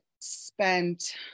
spent